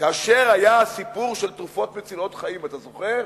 כאשר היה הסיפור של תרופות מצילות חיים, אתה זוכר?